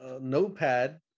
notepad